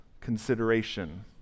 consideration